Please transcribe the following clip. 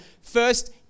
first